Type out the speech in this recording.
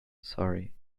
sorry